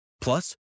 Plus